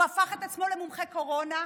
הוא הפך את עצמו למומחה קורונה,